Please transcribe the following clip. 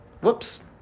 whoops